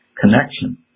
connection